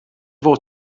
fod